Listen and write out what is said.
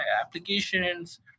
applications